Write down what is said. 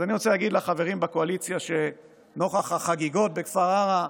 אז אני רוצה להגיד לחברים בקואליציה שנוכח החגיגות בכפר עארה